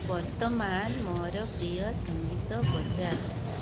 ବର୍ତ୍ତମାନ ମୋର ପ୍ରିୟ ସଙ୍ଗୀତ ବଜା